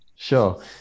sure